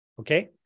okay